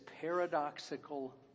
paradoxical